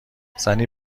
زنی